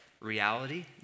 Reality